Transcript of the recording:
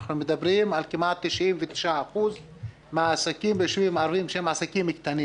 אנחנו מדברים על כמעט 99% מהעסקים ביישובים הערביים שהם עסקים קטנים